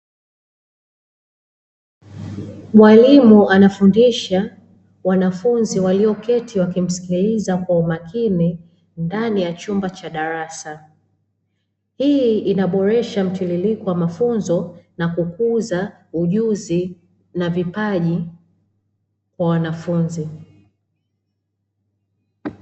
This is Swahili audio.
Mwalimu anafundisha wanafunzi walioketi wakisikiliza kwa umakini ndani ya chumba cha darasa. Hii inaboresha mtiririko wa mafunzo na kukuza ujuzi na vipaji kwa wanafunzi.